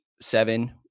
seven